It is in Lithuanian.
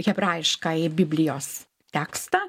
hebrajiškąjį biblijos tekstą